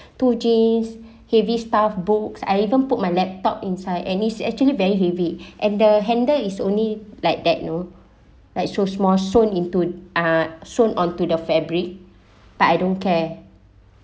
two jeans heavy stuff books I even put my laptop inside and is actually very heavy and the handle is only like that know like so small sewn into uh sewn onto the fabric but I don't care